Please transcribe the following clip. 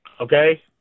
okay